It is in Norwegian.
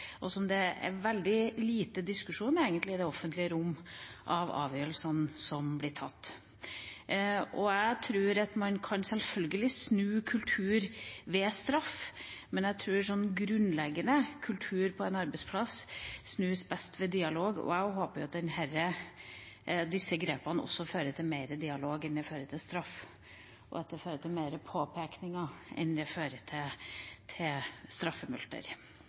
og det er veldig lite diskusjon i det offentlige rom om avgjørelsene som blir tatt. Jeg tror at man selvfølgelig kan snu kultur ved straff, men grunnleggende tror jeg at kultur på en arbeidsplass snus best ved dialog. Jeg håper at disse grepene også fører til mer dialog enn det fører til straff, og at det fører til mer påpekninger enn det fører til